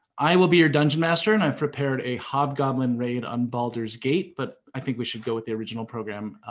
i will be your dungeon master and i've prepared a hobgoblin raid on baldur's gate but i think we should go with the original program,